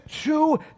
two